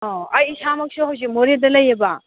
ꯑꯣ ꯑꯩ ꯏꯁꯥꯃꯛꯁꯨ ꯍꯧꯖꯤꯛ ꯃꯣꯔꯦꯗ ꯂꯩꯑꯦꯕ